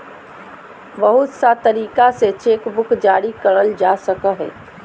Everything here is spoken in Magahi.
बहुत सा तरीका से चेकबुक जारी करल जा सको हय